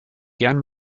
gern